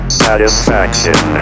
satisfaction